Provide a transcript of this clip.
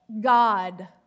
God